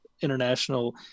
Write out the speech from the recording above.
international